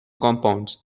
compounds